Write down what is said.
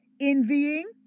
envying